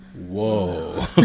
Whoa